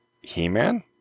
He-Man